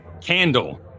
candle